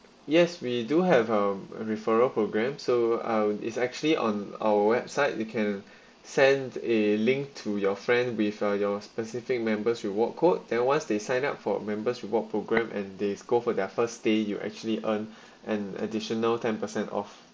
yes we do have a referral program so I'll its actually on our website it can send a link to your friend with uh your specific member's reward code that once they sign up for members reward program and they go for their first day you actually earn an additional ten percent off